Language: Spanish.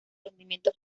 rendimiento